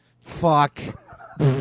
Fuck